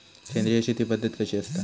सेंद्रिय शेती पद्धत कशी असता?